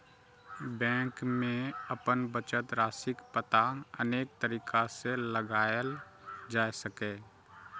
bank मे अपन बचत राशिक पता अनेक तरीका सं लगाएल जा सकैए